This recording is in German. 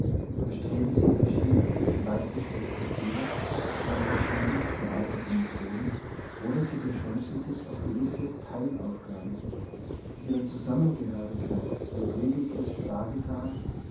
erstreben sie verschieden weit gesteckte ziele nach verschieden gearteten methoden oder sie beschränken sich auf gewisse teilaufgaben ihre zusammengehörigkeit wird lediglich dargetan